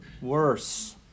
Worse